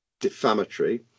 defamatory